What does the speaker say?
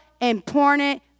important